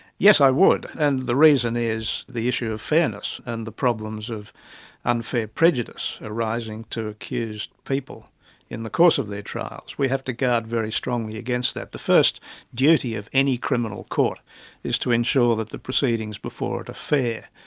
yes, i would. and the reason is the issue of fairness and the problems of unfair prejudice arising to accused people in the course of their trials. we have to guard very strongly against that. the first duty of any criminal court is to ensure that the proceedings before it are fair.